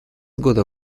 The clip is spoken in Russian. года